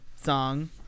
song